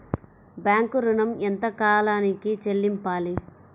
Bank ఋణం ఎంత కాలానికి చెల్లింపాలి?